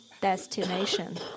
destination